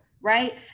right